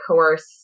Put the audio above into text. coerce